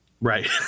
right